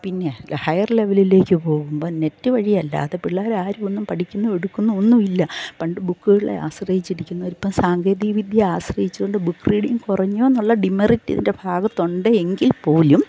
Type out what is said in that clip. പിന്നെ ഹയർ ലെവലിലേക്ക് പോകുമ്പോൾ നെറ്റ് വഴിയല്ലാതെ പിള്ളേരാരും ഒന്നും പഠിക്കുന്നും എടുക്കുന്നും ഒന്നും ഇല്ല പണ്ട് ബുക്കുകളെ ആശ്രയിച്ച് ഇരിക്കുന്നവർ ഇപ്പോൾ സാങ്കേതിക വിദ്യയെ ആശ്രയിച്ചുകൊണ്ട് ബുക്ക് റീഡിങ് കുറഞ്ഞുന്നുള്ള ഡിമെറിറ്റ് ഇതിൻ്റെ ഭാഗത്ത് ഉണ്ട് എങ്കിൽപ്പോലും